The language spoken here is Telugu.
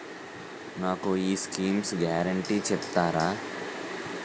నాకు ఈ స్కీమ్స్ గ్యారంటీ చెప్తారా?